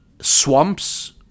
Swamps